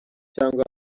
cyangwa